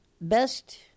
best